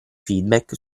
feedback